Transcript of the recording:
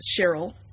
Cheryl